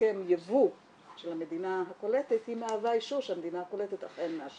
הסכם ייבוא של המדינה הקולטת מהווה אישור שהמדינה הקולטת אכן מאשרת.